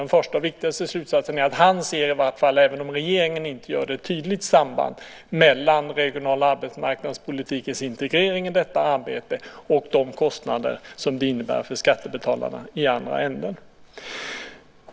Den första och viktigaste slutsatsen är att han i vart fall, även om regeringen inte gör det, ser ett tydligt samband mellan regional och arbetsmarknadspolitikens integrering i detta arbete och de kostnader som det innebär för skattebetalarna i andra ändan.